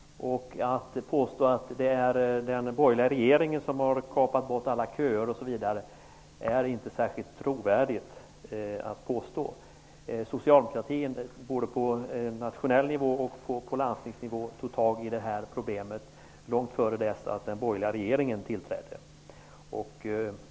Att påstå att det är den borgerliga regeringen som har kapat alla köer, osv, är inte särskilt trovärdigt. Socialdemokratin, både på nationell och regional nivå, tog tag i det problemet långt innan den borgerliga regeringen tillträdde.